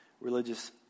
religious